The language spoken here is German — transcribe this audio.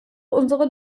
unsere